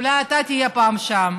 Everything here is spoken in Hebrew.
אולי אתה תהיה שם פעם,